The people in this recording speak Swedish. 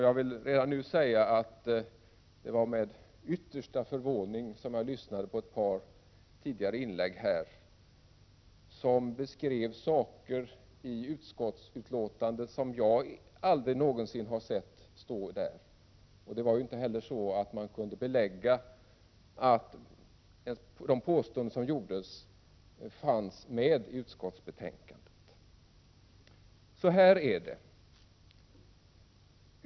Jag vill redan nu säga att det var med yttersta förvåning som jag lyssnade på ett par tidigare inlägg som beskrev saker i utskottsbetänkandet som jag aldrig någonsin har sett skrivet där. Man kunde inte heller belägga att de påståenden som gjordes fanns med i utskottsbetänkandet. Det förhåller sig emellertid på följande sätt.